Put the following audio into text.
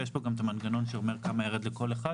יש פה גם מנגנון שאומר כמה ירד לכל אחד